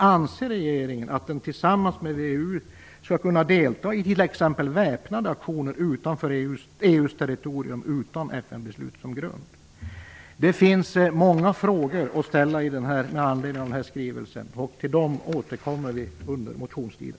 Anser regeringen att vi tillsammans med VEU exempelvis skall kunna delta i väpnade aktioner utanför EU:s territorium utan FN-beslut som grund? Det finns många frågor att ställa med anledning av denna skrivelse, och vi återkommer till dem under motionstiden.